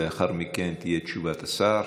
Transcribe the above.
ולאחר מכן תהיה תשובת השר